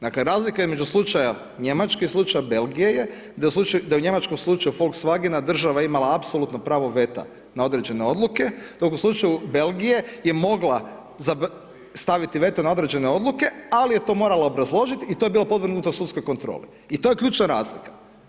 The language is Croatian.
Dakle, razlika između slučaju Njemačke i slučaja Belgije je, da u njemačkom slučaju Volkswagena, država je imala apsolutnog prava veta na određene odluke, dok u slučaju Belgije je mogla staviti veto na određene odluke, ali je to morala obrazložiti i to je bilo podvrgnuto sudskoj kontroli i to je ključna razlika.